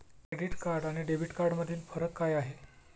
Credit card आणि debit कार्डमधील फरक काय आहे?